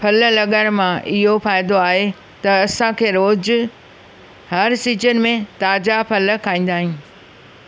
फल लॻाइण मां इहो फ़ाइदो आहे त असांखे रोज़ु हर सिजन में ताज़ा फल खाईंदा आहियूं